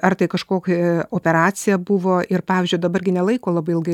ar tai kažkokia operacija buvo ir pavyzdžiui dabar gi nelaiko labai ilgai